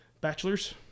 bachelor's